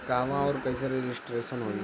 कहवा और कईसे रजिटेशन होई?